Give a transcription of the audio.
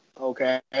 okay